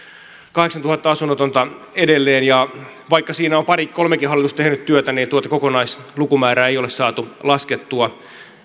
kahdeksantuhatta asunnotonta edelleen ja vaikka siinä on pari kolmekin hallitusta tehnyt työtä niin tuota kokonaislukumäärää ei ole saatu laskettua